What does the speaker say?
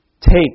Take